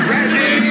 Ready